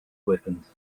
weapons